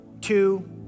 two